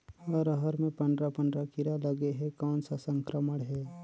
अरहर मे पंडरा पंडरा कीरा लगे हे कौन सा संक्रमण हे?